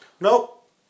Nope